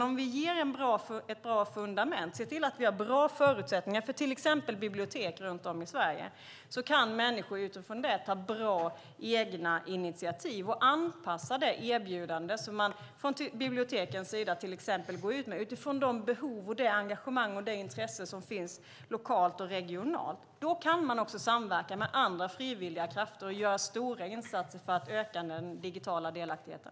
Om vi ger ett bra fundament och ser till att det finns bra förutsättningar för till exempel bibliotek runt om i Sverige kan människor utifrån det ta bra egna initiativ och anpassa det erbjudande som man till exempel från bibliotekens sida går ut med utifrån de behov, det engagemang och det intresse som finns lokalt och regionalt. Då kan man också samverka med andra frivilliga krafter och göra stora insatser för att öka den digitala delaktigheten.